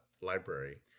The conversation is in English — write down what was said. library